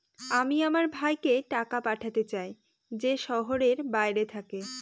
আমি আমার ভাইকে টাকা পাঠাতে চাই যে শহরের বাইরে থাকে